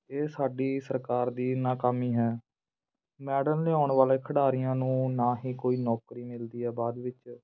ਇਹ ਸਾਡੀ ਸਰਕਾਰ ਦੀ ਨਾਕਾਮੀ ਹੈ ਮੈਡਲ ਲਿਆਉਣ ਵਾਲੇ ਖਿਡਾਰੀਆਂ ਨੂੰ ਨਾ ਹੀ ਕੋਈ ਨੌਕਰੀ ਮਿਲਦੀ ਆ ਬਾਅਦ ਵਿੱਚ